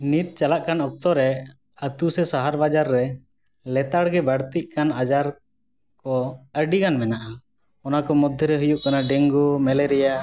ᱱᱤᱛ ᱪᱟᱞᱟᱜᱠᱟᱱ ᱚᱠᱛᱚᱨᱮ ᱟᱛᱳ ᱥᱮ ᱥᱟᱦᱟᱨ ᱵᱟᱡᱟᱨ ᱨᱮ ᱞᱮᱛᱟᱲᱜᱮ ᱵᱟᱲᱛᱤᱜᱠᱟᱱ ᱟᱡᱟᱨ ᱠᱚ ᱟ ᱰᱤᱜᱟᱱ ᱢᱮᱱᱟᱜᱼᱟ ᱚᱱᱟᱠᱚ ᱢᱚᱫᱽᱫᱷᱮᱨᱮ ᱦᱩᱭᱩᱜ ᱠᱟᱱᱟ ᱰᱮᱝᱜᱩ ᱢᱮᱞᱮᱨᱤᱭᱟ